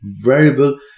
variable